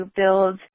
build